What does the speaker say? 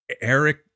Eric